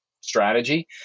strategy